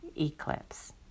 eclipse